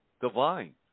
divine